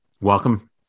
welcome